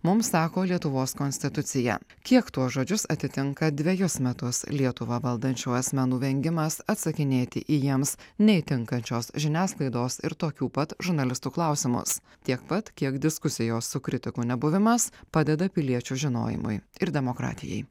mums sako lietuvos konstitucija kiek tuos žodžius atitinka dvejus metus lietuvą valdančių asmenų vengimas atsakinėti į jiems neįtinkančios žiniasklaidos ir tokių pat žurnalistų klausimus tiek pat kiek diskusijos su kritiku nebuvimas padeda piliečių žinojimui ir demokratijai